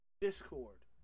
Discord